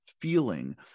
feeling